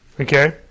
Okay